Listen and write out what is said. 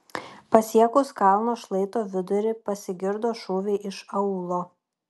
pasiekus kalno šlaito vidurį pasigirdo šūviai iš aūlo